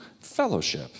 Fellowship